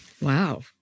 Wow